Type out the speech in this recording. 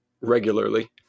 regularly